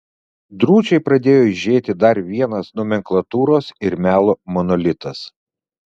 drūčiai pradėjo aižėti dar vienas nomenklatūros ir melo monolitas